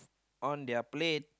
on their plate